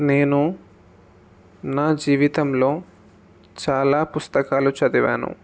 నేను నా జీవితంలో చాలా పుస్తకాలు చదివాను